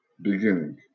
beginning